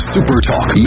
Supertalk